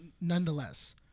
nonetheless